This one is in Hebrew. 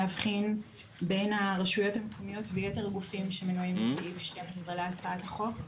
להבחין בין הרשויות המקומיות ויתר הגופים שמנויים בסעיף 12 להצעת החוק.